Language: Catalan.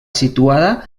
situada